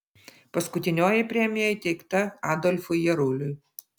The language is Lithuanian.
paskutinioji premija įteikta adolfui jaruliui